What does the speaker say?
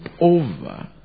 over